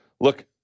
Look